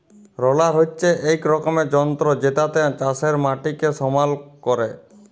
roller হচ্যে এক রকমের যন্ত্র জেতাতে চাষের মাটিকে সমাল ক্যরে